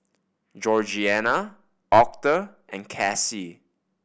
Georgianna Octa and Kassie